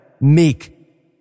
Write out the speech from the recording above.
Meek